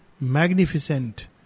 magnificent